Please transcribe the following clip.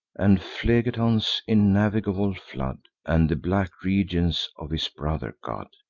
and phlegethon's innavigable flood, and the black regions of his brother god.